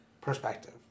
perspective